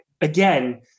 again